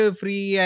free